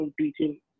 teaching